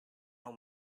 nou